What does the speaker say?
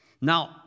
Now